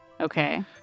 Okay